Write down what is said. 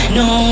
no